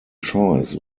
choice